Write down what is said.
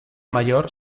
mayor